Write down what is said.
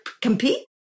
compete